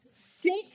Six